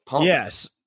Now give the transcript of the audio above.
Yes